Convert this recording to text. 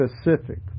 specific